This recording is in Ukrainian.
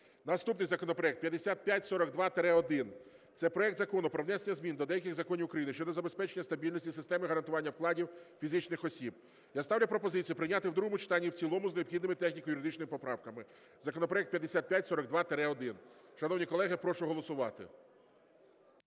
Наступний законопроект 5542-1. Це проект Закону про внесення змін до деяких законів України щодо забезпечення стабільності системи гарантування вкладів фізичних осіб. Я ставлю пропозицію прийняти в другому читанні і в цілому з необхідними техніко-юридичними поправками. Законопроект 5542-1. Шановні колеги, прошу голосувати.